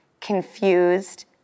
confused